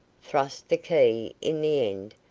thrust the key in the end,